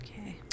Okay